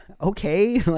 okay